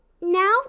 Now